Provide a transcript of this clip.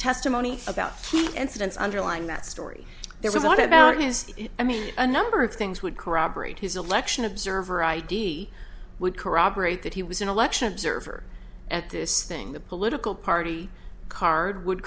testimony about incidents underlying that story there was a lot about his i mean a number of things would corroborate his election observer id would corroborate that he was an election observer at this thing the political party card would